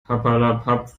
papperlapapp